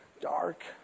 dark